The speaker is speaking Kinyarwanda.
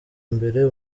mbere